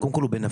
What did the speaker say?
קודם כול בנפשי.